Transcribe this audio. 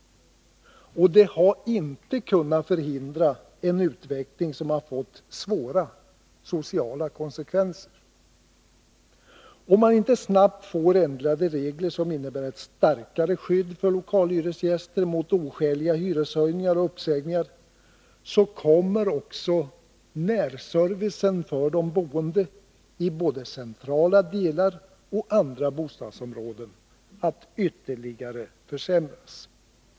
Det har inte kunnat förhindra en utveckling som har fått svåra sociala konsekvenser. Om man inte snabbt får ändrade regler, som innebär starkare skydd för lokalhyresgäster mot oskäliga hyreshöjningar och uppsägningar, kommer också närservicen för de boende i både centrala delar och andra bostadsområden att ytterligare försämras.